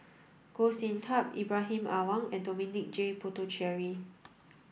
Goh Sin Tub Ibrahim Awang and Dominic J Puthucheary